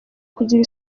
kugira